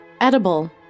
Edible